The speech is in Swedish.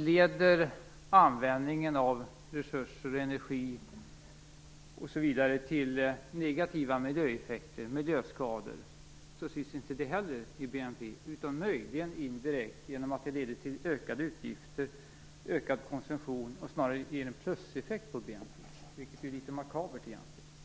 Leder användningen av resurser, energi osv. till negativa miljöeffekter och miljöskador syns inte heller det i BNP utom möjligen indirekt genom att det leder till ökade utgifter och ökad konsumtion. Det ger snarare en pluseffekt på BNP, vilket egentligen är litet makabert.